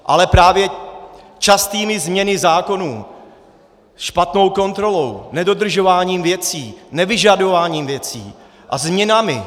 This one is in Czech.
Ale právě častými změnami zákonů, špatnou kontrolou, nedodržováním věcí, nevyžadováním věcí a změnami...